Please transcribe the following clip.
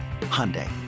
Hyundai